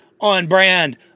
on-brand